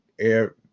air